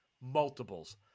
multiples